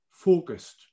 focused